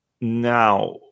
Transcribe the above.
Now